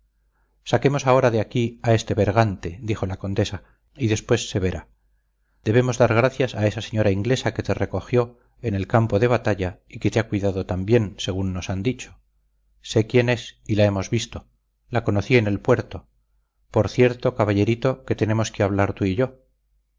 saquemos ahora de aquí a este bergante dijo la condesa y después se verá debemos dar gracias a esa señora inglesa que te recogió en el campo de batalla y que te ha cuidado tan bien según nos han dicho sé quien es y la hemos visto la conocí en el puerto por cierto caballerito que tenemos que hablar tú y yo